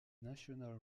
national